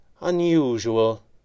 unusual